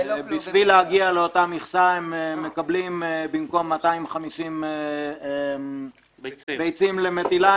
בשביל להגיע לאותה מכסה הם מקבלים במקום 250 ביצים למטילה,